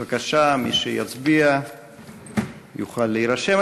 בבקשה, מי שיצביע יוכל להירשם.